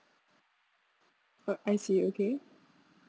oh I see okay